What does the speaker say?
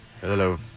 Hello